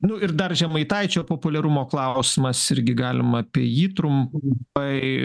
nu ir dar žemaitaičio populiarumo klausimas irgi galim apie jį trumpai